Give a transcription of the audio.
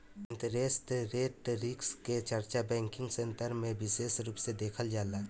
interest rate risk के चर्चा banking sector में बिसेस रूप से देखल जाला